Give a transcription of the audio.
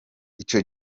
ico